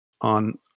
on